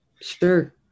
Sure